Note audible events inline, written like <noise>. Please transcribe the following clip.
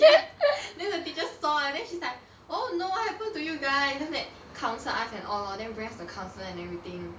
<noise> then the teacher saw eh then she's like oh no what happen to you guys then after that counsel us and all lor then <noise> the counsel and everything